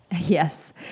Yes